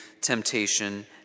temptation